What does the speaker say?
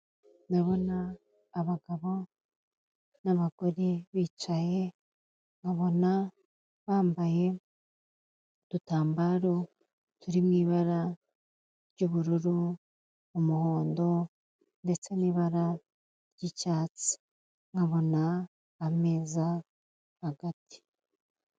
Ndabona abagabo n'abagore bicaye nkabona bambaye udutambaro turi mu ibara ry'ubururu umuhondo ndetse n'ibara ry'icyatsi nkabona ameza hagati.